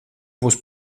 būs